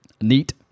neat